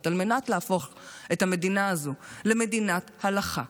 על מנת להפוך את המדינה הזו למדינת הלכה,